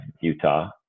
utah